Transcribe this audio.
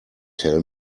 tell